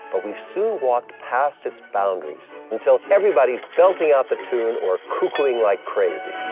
but we've soon walked past its boundaries, until everybody's belting out the tune or cuckooing like crazy.